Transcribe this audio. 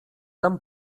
tam